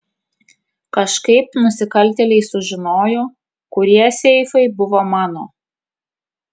kažkaip nusikaltėliai sužinojo kurie seifai buvo mano